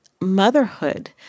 motherhood